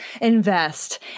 Invest